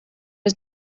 was